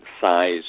size